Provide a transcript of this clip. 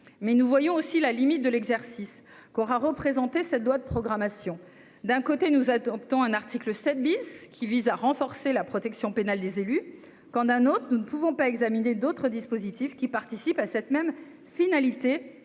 mais nous voyons aussi la limite de l'exercice qu'aura représenté cette loi de programmation, d'un côté nous adoptons un article 7 bis qui vise à renforcer la protection pénale des élus quand d'un autre, nous ne pouvons pas examiné d'autres dispositifs qui participent à cette même finalité